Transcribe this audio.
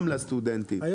היום לסטודנטים?